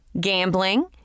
Gambling